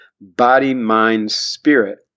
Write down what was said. body-mind-spirit